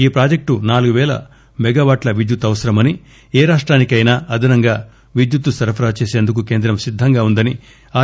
ఈ ప్రాజెక్టుకు నాలుగు పేల మెగా వాట్ల విద్యుత్ అవసరమని ఏ రాష్టానికైనా అదనంగా విద్యుత్ సరఫరా చేసేందుకు కేంద్రం సిద్గంగా ఉందని ఆర్